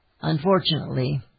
Unfortunately